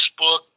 Facebook